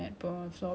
it's all that's